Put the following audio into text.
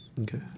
okay